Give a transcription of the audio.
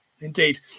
indeed